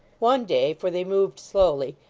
one day for they moved slowly,